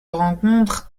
rencontre